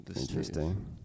interesting